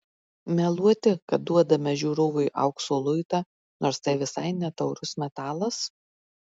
meluoti kad duodame žiūrovui aukso luitą nors tai visai ne taurus metalas